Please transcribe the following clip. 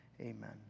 amen